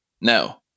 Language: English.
No